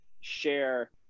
share